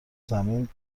زمین